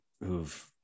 who've